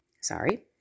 sorry